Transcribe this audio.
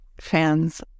fans